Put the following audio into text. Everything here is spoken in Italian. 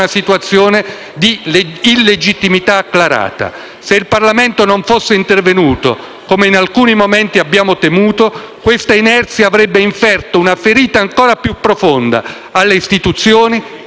Se il Parlamento non fosse intervenuto - come in alcuni momenti abbiamo temuto - questa inerzia avrebbe inferto una ferita ancora più profonda alle istituzioni e accertato la paralisi della politica e dei partiti.